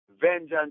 vengeance